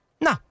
No